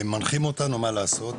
מנחים אותנו מה לעשות,